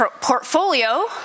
portfolio